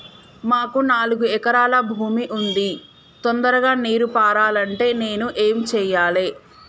మాకు నాలుగు ఎకరాల భూమి ఉంది, తొందరగా నీరు పారాలంటే నేను ఏం చెయ్యాలే?